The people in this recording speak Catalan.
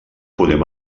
podem